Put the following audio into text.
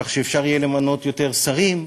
כך שאפשר יהיה למנות יותר שרים,